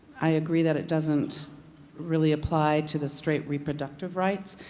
i agree that it doesn't really apply to the straight reproductive rights,